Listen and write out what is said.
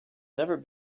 never